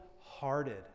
hearted